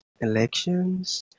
elections